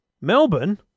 Melbourne